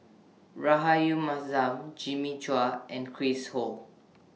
Rahayu Mahzam Jimmy Chua and Chris Ho